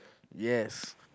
yes